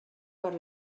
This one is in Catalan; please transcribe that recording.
per